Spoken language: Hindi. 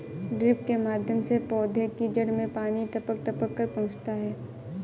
ड्रिप के माध्यम से पौधे की जड़ में पानी टपक टपक कर पहुँचता है